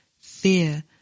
fear